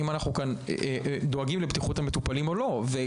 האם אנחנו דואגים כאן לבטיחות המטופלים או לא.